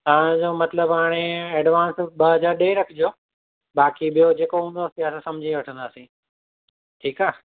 तव्हांजो मतलबु हाणे एडवांस ॿ हज़ार ॾेई रखिजो बाक़ी ॿियो जेको हूंदो असां समुझी वठंदासीं